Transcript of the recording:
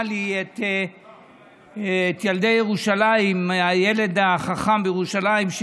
לי את ילדי ירושלים: הילד החכם בירושלים,